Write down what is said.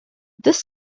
this